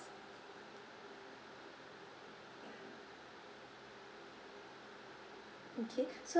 okay so